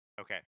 Okay